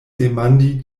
demandi